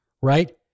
right